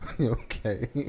okay